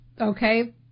Okay